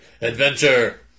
Adventure